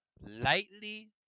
lightly